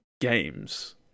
Games